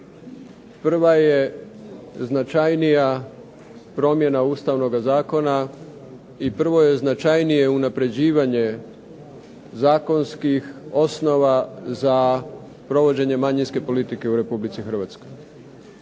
prva je značajnija promjena Ustavnoga zakona i prvo je značajnije unapređivanje zakonskih osnova za provođenje manjinske politike u Republici Hrvatskoj.